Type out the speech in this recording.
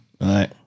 right